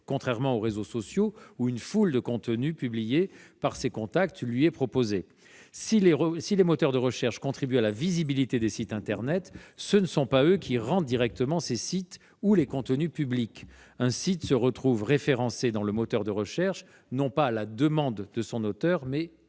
contrairement aux réseaux sociaux sur lesquels une foule de contenus publiés par ses contacts lui sont proposés. Si les moteurs de recherche contribuent à la visibilité des sites internet, ce ne sont pas eux qui rendent directement ces sites ou les contenus publics. Un site se retrouve référencé dans le moteur de recherche, non pas à la demande de son auteur, mais automatiquement.